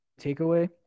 takeaway